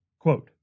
Quote